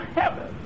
heaven